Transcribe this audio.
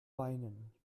weinen